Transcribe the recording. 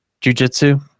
jujitsu